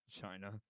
China